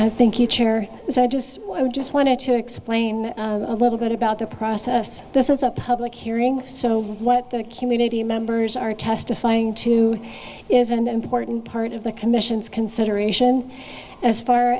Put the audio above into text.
so i just i just wanted to explain a little bit about the process this is a public hearing so what the community members are testifying to is an important part of the commission's consideration as far